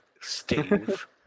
Steve